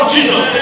Jesus